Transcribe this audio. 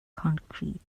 concrete